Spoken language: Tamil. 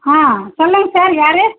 ஆ சொல்லுங்கள் சார் யார்